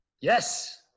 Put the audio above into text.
Yes